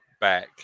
back